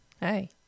Hey